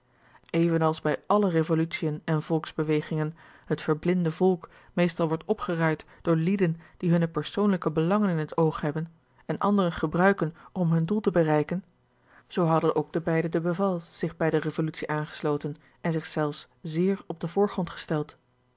even als bij alle revolutiën en volksbewegingen het verblinde volk meestal wordt opgeruid door lieden die hunne persoonlijke belangen in het oog hebben en anderen gebruiken om hun doel te bereiken zoo hadden ook de beide de bevals zich bij de revolutie aangesloten en zich zelfs zeer op den voorgrond gesteld